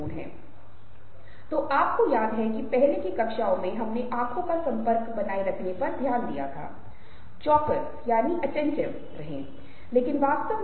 अब भले ही यह अच्छी पेंटिंग न हो लेकिन मैं कहूंगा कि यह एक बहुत अच्छी पेंटिंग है और मैं उसकी प्रशंसा करता हूं